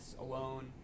alone